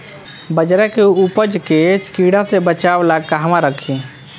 बाजरा के उपज के कीड़ा से बचाव ला कहवा रखीं?